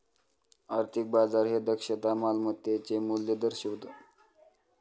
आर्थिक बाजार हे दक्षता मालमत्तेचे मूल्य दर्शवितं